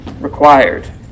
required